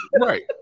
Right